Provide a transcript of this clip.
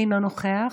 אינו נוכח,